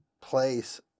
place